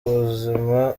ubuzima